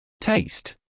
Taste